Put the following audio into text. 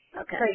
Okay